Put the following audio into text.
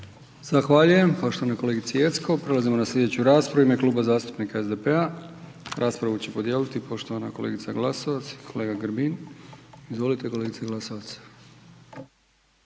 Zahvaljujem poštovanoj kolegici Jeckov. Prelazimo na slijedeću raspravu u ime Kluba zastupnika SDP-a. Raspravu će podijeli poštovana kolegica Glasova i kolega Grbin. Izvolite kolegice Glasovac.